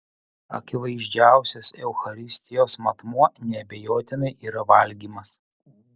akivaizdžiausias eucharistijos matmuo neabejotinai yra valgymas